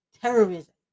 terrorism